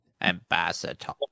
Ambassador